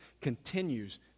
continues